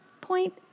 point